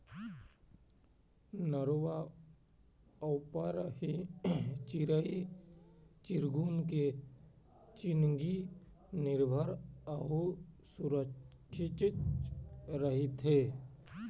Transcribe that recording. नरूवा ऊपर ही चिरई चिरगुन के जिनगी निरभर अउ सुरक्छित रहिथे